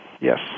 yes